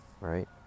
right